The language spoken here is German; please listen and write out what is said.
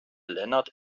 lennart